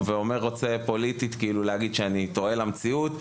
ורוצה להגיד פוליטית שאני טועה למצב,